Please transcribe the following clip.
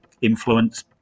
influence